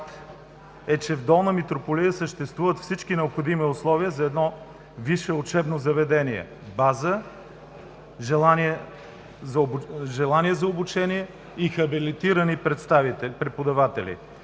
е, че в Долна Митрополия съществуват всички необходими условия за едно висше учебно заведение: база, желание за обучение и хабилитирани преподаватели.